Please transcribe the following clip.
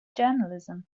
journalism